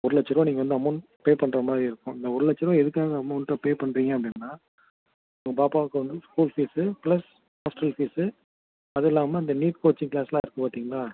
ஒரு லட்சம் ருபா நீங்கள் வந்து அமௌண்ட் பே பண்ணுற மாதிரி இருக்கும் இந்த ஒரு லட்சம் ருபா எதுக்காக அமௌண்ட்டாக பே பண்ணுறீங்க அப்படின்னா உங்கள் பாப்பாவுக்கு வந்து school fees plus hostel fees அது இல்லாமல் இந்த நீட் கோச்சிங் க்ளாஸ்யெலாம் இருக்குது பார்த்தீங்களா